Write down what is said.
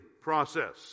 process